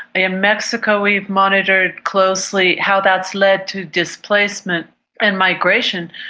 in mexico we have monitored closely how that's led to displacement and migration,